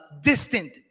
distant